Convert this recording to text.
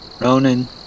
Ronan